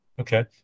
Okay